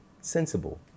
sensible